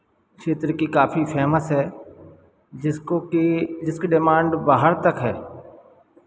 क्षेत्र की काफी फेमस है जिसको कि जिसकी डिमांड बाहर तक है